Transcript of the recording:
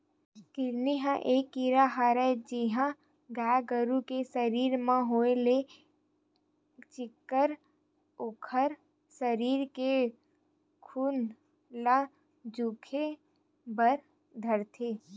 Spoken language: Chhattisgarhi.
किन्नी ह ये कीरा हरय जेनहा गाय गरु के सरीर म होय ले चिक्कन उखर सरीर के खून ल चुहके बर धरथे